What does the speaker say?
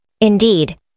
Indeed